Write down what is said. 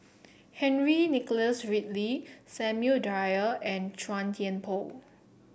Henry Nicholas Ridley Samuel Dyer and Chua Thian Poh